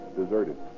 deserted